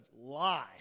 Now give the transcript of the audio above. lie